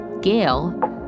Gail